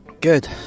Good